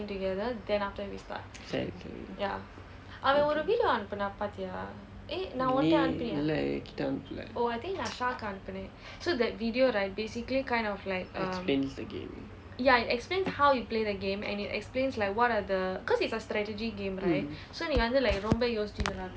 can can eh இல்லை என்கிட்ட அனுப்பலே:illai enkitta anuppalae explains the game mm